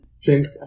James